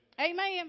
Amen